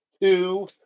two